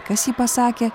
kas jį pasakė